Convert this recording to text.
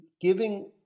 giving